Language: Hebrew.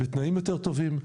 בתנאים יותר טובים מסביב,